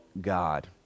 God